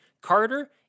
Carter